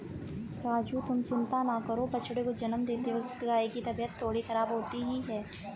राजू तुम चिंता ना करो बछड़े को जन्म देते वक्त गाय की तबीयत थोड़ी खराब होती ही है